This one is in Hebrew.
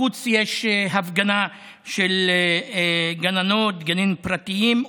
בחוץ יש הפגנה של גננות בגנים פרטיים,